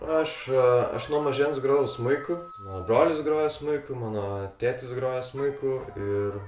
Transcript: aš aš nuo mažens grojau smuiku mano brolis groja smuiku mano tėtis groja smuiku ir